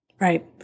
Right